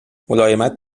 ملایمت